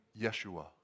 Yeshua